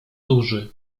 duży